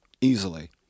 easily